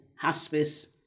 hospice